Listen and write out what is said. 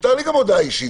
מותר לי הודעה אישית.